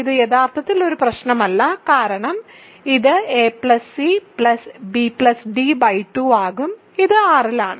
ഇത് യഥാർത്ഥത്തിൽ ഒരു പ്രശ്നമല്ല കാരണം ഇത് a c b d 2 ആകും ഇത് R ലാണ്